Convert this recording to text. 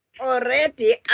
Already